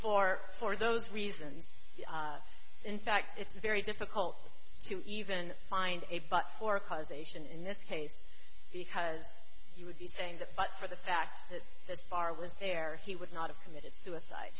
for for those reasons in fact it's very difficult to even find a but for causation in this case because you would be saying that but for the fact that this bar was there he would not have committed suicide